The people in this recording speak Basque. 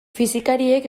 fisikariek